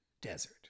desert